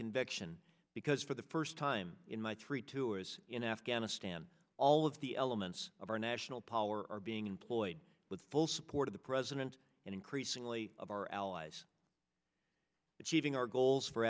conviction because for the first time in my three tours in afghanistan all of the elements of our national power are being employed with full support of the president and increasingly of our allies achieving our goals for